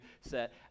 set